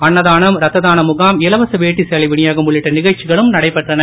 அன்னதானம் ரத்த தான முகாம் இலவச வேட்டி சேலை வினியோகம் உள்ளிட்ட நிகழ்ச்சிகளும் நடைபெற்றன